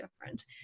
different